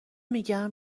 میگم